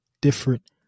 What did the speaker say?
different